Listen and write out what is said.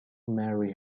marry